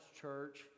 church